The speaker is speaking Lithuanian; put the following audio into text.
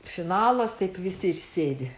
finalas taip visi ir sėdi